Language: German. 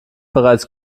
bereits